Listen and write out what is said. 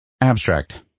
Abstract